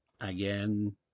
Again